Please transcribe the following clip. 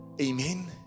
Amen